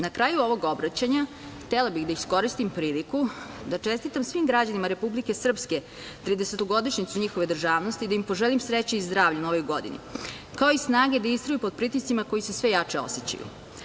Na kraju ovog obraćanja, htela bih da iskoristim priliku da čestitam svim građanima Republike Srpske tridesetogodišnjicu njihove državnosti, da im poželim sreću i zdravlje u Novoj godini, kao i snage da istraju pod pritiscima koji se sve jače osećaju.